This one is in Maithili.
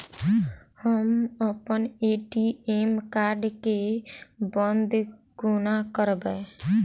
हम अप्पन ए.टी.एम कार्ड केँ बंद कोना करेबै?